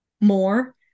more